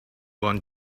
want